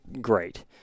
great